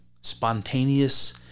spontaneous